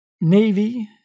Navy